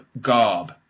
garb